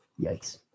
Yikes